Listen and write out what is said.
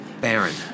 Baron